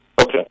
Okay